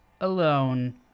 alone